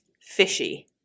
Fishy